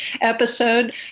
episode